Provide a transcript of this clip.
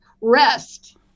rest